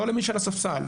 לא למי שעל הספסל,